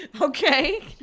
Okay